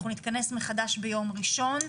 אנחנו נתכנס מחדש ביום ראשון.